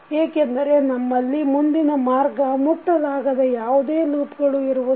ಏಕೆಂದರೆ ನಮ್ಮಲ್ಲಿ ಮುಂದಿನ ಮಾರ್ಗ ಮುಟ್ಟಲಾಗದ ಯಾವುದೇ ಲೂಪ್ಗಳು ಇರುವದಿಲ್ಲ